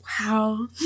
Wow